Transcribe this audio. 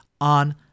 on